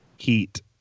Heat